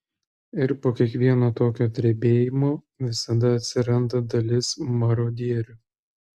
ir po kiekvieno tokio drebėjimo visada atsiranda dalis marodierių